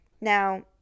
Now